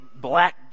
black